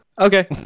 okay